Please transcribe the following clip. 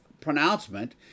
pronouncement